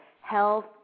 health